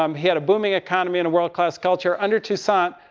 um he had a booming economy and a world-class culture. under toussaint,